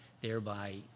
thereby